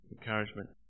encouragement